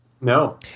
No